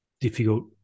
difficult